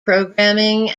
programming